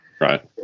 Right